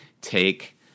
take